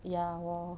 ya 我